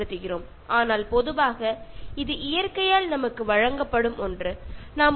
പക്ഷേ യഥാർത്ഥത്തിൽ ഇത് നമുക്ക് പ്രകൃതി തന്നെ തന്ന ഒരു കാര്യമാണ്